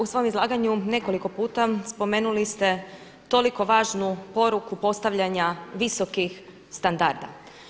U svom izlaganju nekoliko puta spomenuli ste toliko važnu poruku postavljanja visokih standarda.